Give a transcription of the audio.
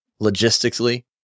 logistically